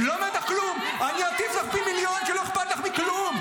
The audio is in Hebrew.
איפה אתם --- אני אטיף לך פי מיליון כי לא אכפת לך מכלום.